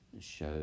show